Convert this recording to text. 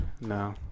No